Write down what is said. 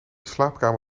slaapkamer